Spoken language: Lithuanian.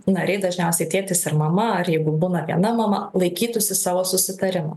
nariai dažniausiai tėtis ir mama ar jeigu būna viena mama laikytųsi savo susitarimo